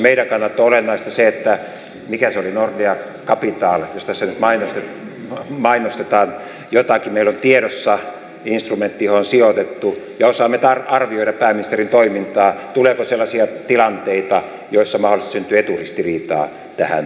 meidän kannaltamme on olennaista se että mikä se oli nordea capital jos tässä nyt mainostetaan jotakin meillä on tiedossa instrumentti johon on sijoitettu ja osaamme arvioida pääministerin toimintaa tuleeko sellaisia tilanteita joissa mahdollisesti syntyy eturistiriitaa tähän nähden